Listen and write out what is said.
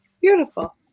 Beautiful